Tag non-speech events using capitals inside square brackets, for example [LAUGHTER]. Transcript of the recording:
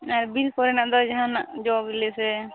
[UNINTELLIGIBLE] ᱵᱤᱨ ᱠᱚᱨᱮᱱᱟᱜ ᱫᱚ ᱡᱟᱦᱟᱱᱟᱜ ᱡᱚ ᱵᱤᱞᱤ ᱥᱮ